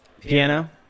Piano